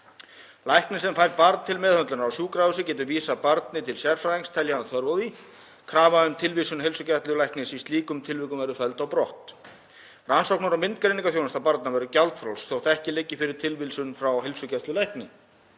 Læknir sem fær barn til meðhöndlunar á sjúkrahúsum getur vísað barni til sérfræðings telji hann þörf á því. Krafa um tilvísun heilsugæslulæknis í slíkum tilvikum verður felld brott. Rannsóknar- og myndgreiningarþjónusta barna verður gjaldfrjáls þótt ekki liggi fyrir tilvísun frá heilsugæslulækni.